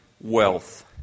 wealth